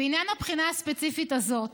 בעניין הבחינה הספציפית הזאת,